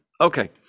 Okay